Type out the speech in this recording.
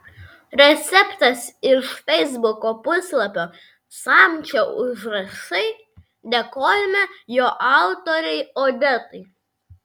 receptas iš feisbuko puslapio samčio užrašai dėkojame jo autorei odetai